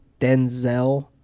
Denzel